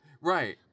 Right